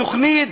התוכנית,